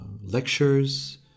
lectures